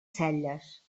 celles